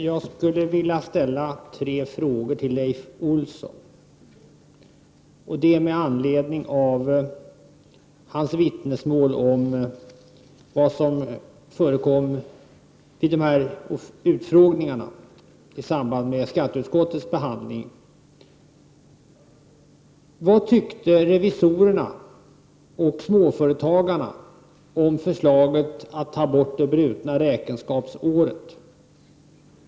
Prot. 1989/90:140 Herr talman! Jag skulle vilja ställa tre frågor till Leif Olsson med anled = 13 juni 1990 ning av hans vittnesmål om vad som förekom i utfrågningarna i samband brutna räkenskapsåret?